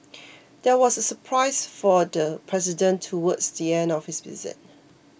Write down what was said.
there was a surprise for the president towards the end of his visit